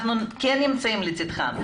אנחנו נמצאים לצדם.